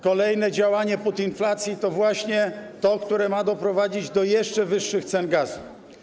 Kolejne działanie putinflacji to właśnie to, które ma doprowadzić do jeszcze wyższych cen gazu.